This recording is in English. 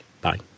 Bye